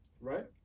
right